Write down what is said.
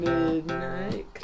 Midnight